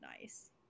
nice